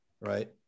right